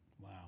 Wow